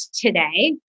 today